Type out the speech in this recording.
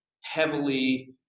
heavily